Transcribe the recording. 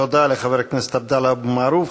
תודה לחבר הכנסת עבדאללה אבו מערוף.